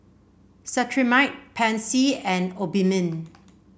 Cetrimide Pansy and Obimin